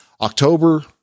October